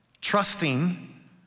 trusting